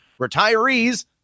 Retirees